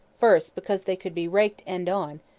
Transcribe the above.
first because they could be raked end-on,